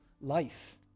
life